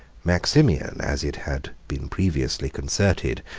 maximian, as it had been previously concerted,